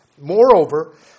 Moreover